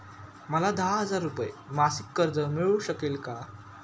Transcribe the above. मला दहा हजार रुपये मासिक कर्ज मिळू शकेल का?